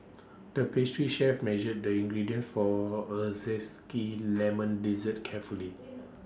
the pastry chef measured the ingredients for A Zesty Lemon Dessert carefully